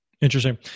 Interesting